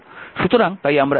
কারণ এটি current ix এর ফাংশন